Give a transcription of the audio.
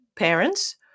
parents